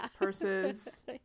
purses